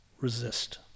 resist